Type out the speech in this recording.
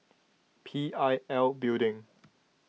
P I L Building